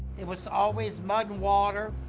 it was always mud and water.